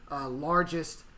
largest